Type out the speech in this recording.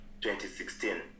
2016